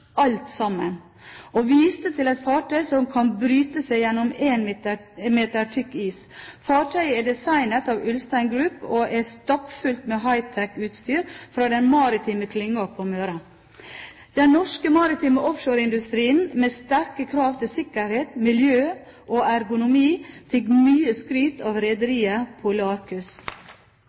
alt sammen». Artikkelen viste til et fartøy som kan bryte seg gjennom 1 meter tykk is. Fartøyet er designet av Ulstein Group og er stappfullt av high-tech utstyr fra den maritime klyngen på Møre. Den norske maritime offshoreindustrien med sterke krav til sikkerhet, miljø og ergonomi fikk mye skryt av rederiet